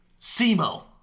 SEMO